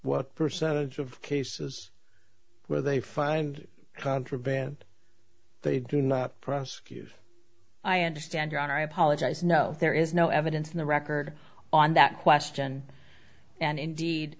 what percentage of cases where they find contraband they do not prosecute i understand your honor i apologize no there is no evidence in the record on that question and indeed